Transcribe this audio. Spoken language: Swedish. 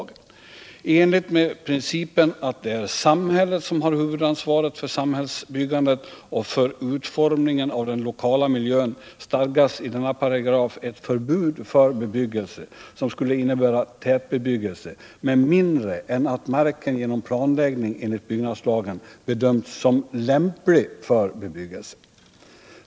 I enlighet med principen att det är samhället som har huvudansvaret för samhällsbyggandet och utformningen av den lokala miljön stadgas i denna paragraf ett förbud för bebyggelse, som skulle innebära tätbebyggelse, med mindre än att marken genom planläggning enligt BL bedömts som lämplig för bebyggelse.